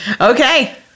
Okay